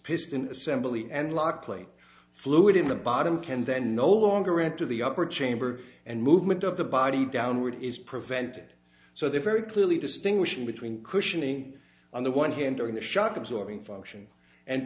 piston assembly and lockley fluid in the bottom can then no longer enter the upper chamber and movement of the body downward is prevented so they very clearly distinguishing between cushioning on the one hand during the shock absorbing function and